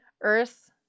Earth